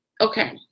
Okay